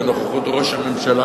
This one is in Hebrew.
בנוכחות ראש הממשלה,